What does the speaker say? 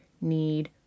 need